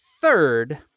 third